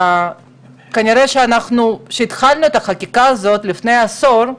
וכנראה שכשהתחלנו את החקיקה הזאת לפני עשור,